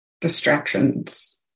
distractions